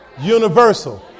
universal